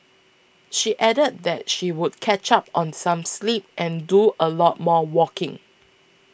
she added that she would catch up on some sleep and do a lot more walking